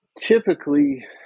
Typically